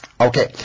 Okay